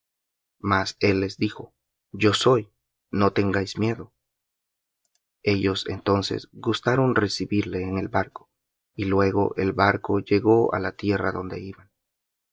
él les dijo yo soy no tengáis miedo ellos entonces gustaron recibirle en el barco y luego el barco llegó á la tierra donde iban